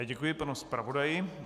Děkuji panu zpravodaji.